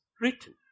written